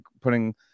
putting